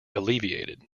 alleviated